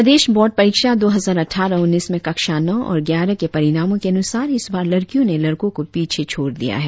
प्रदेश board परीक्षा दो हजार अट्ठारह उन्नीस में कक्षा नौ और ग्यारह के परिणामों के अनुसार इस बार लड़कियों ने लड़को को पीछे छोड़ दिया है